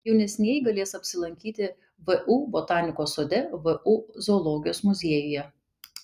jaunesnieji galės apsilankyti vu botanikos sode vu zoologijos muziejuje